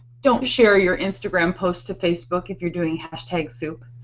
don't share your instagram post to facebook if you're doing hashtag soup.